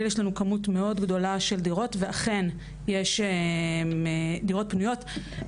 בנגב ובגליל יש לנו כמות מאוד גדולה של דירות ואכן יש דירות פנויות,